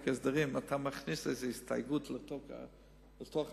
ההסדרים אתה מכניס איזו הסתייגות לתוך החוק,